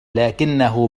لكنه